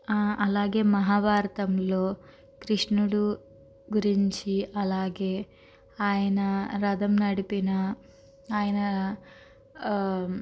అలాగే మహాభారతంలో కృష్ణుడు గురించి అలాగే ఆయన రథం నడిపిన ఆయన